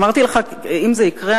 אמרתי לך: אם זה יקרה,